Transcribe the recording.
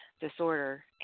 disorder